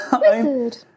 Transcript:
Wizard